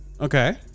okay